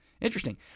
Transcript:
interesting